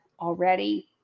already